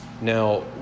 Now